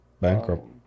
bankrupt